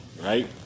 right